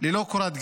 ללא קורת גג.